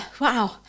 wow